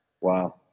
Wow